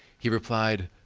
he replied,